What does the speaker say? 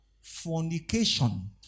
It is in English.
Fornication